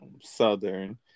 Southern